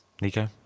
Nico